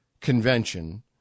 convention